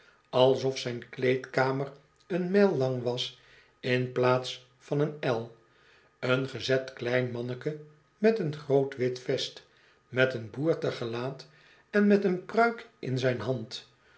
alsof zyn kleedkamer een mijl lang was in plaats van een el een gezet klein manneken met een groot wit vest met oen boertig gelaat en met een pruik in zijn hand